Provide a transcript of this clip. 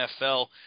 NFL